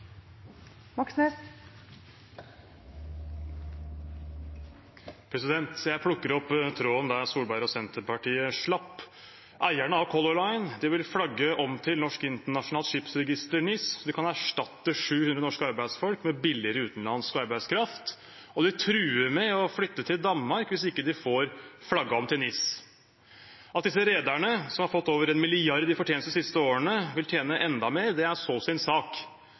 Color Line vil flagge om til Norsk Internasjonalt Skipsregister, NIS. De kan erstatte 700 norske arbeidsfolk med billigere utenlandsk arbeidskraft, og de truer med å flytte til Danmark hvis de ikke får flagget om til NIS. At disse rederne, som har fått over 1 mrd. kr i fortjeneste de siste årene, vil tjene enda mer, er så sin sak.